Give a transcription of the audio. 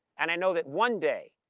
and i know that one day,